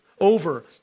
over